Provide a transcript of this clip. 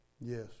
Yes